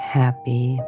happy